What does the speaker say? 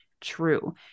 true